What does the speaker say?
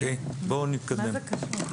אוקיי, בואו נתקדם.